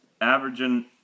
Averaging